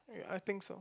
I think so